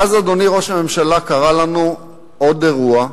ואז, אדוני ראש הממשלה, קרה לנו עוד אירוע.